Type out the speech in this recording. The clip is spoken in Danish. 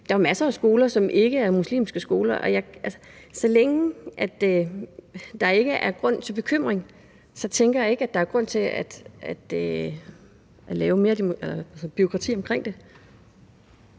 Der er jo masser af skoler, som ikke er muslimske skoler. Så længe der ikke er grund til bekymring, tænker jeg ikke, der er grund til at lave mere bureaukrati i